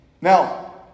Now